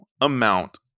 amount